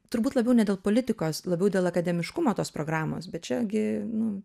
turbūt labiau ne dėl politikos labiau dėl akademiškumo tos programos bet čia gi nu